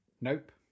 Nope